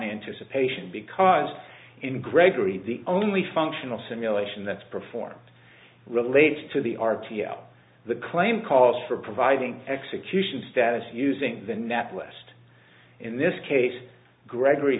anticipation because in grigory the only functional simulation that's performed relates to the r t l the claim calls for providing execution status using the nat west in this case gregory